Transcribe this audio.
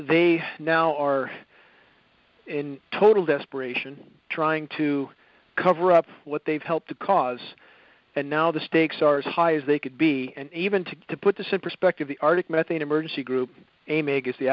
they now are in total desperation trying to cover up what they've helped the cause and now the stakes are as high as they could be and even to to put this in perspective the arctic methane emergency group a may get the